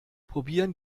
probieren